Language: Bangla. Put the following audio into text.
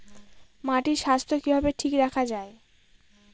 মাটির স্বাস্থ্য কিভাবে ঠিক রাখা যায়?